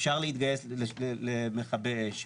אפשר להתגייס למכבי אש,